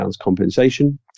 compensation